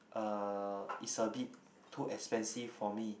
uh is a bit too expensive for me